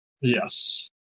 Yes